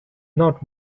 not